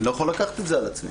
אני לא יכול לקחת את זה על עצמי.